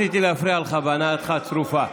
לא רציתי להפריע לך בהנאתך הצרופה.